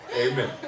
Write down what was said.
Amen